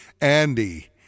Andy